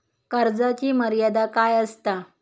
कर्जाची मर्यादा काय असता?